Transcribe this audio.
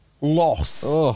Loss